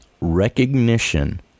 recognition